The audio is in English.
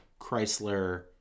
chrysler